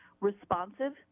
responsive